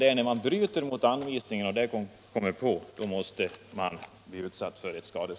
Ett skadestånd måste kunna utdömas omedelbart efter det att ett brott mot anvisningarna har upptäckts.